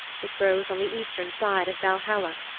it grows on the eastern side of valhalla.